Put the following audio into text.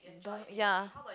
ya